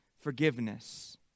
forgiveness